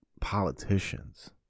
politicians